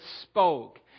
spoke